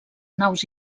naus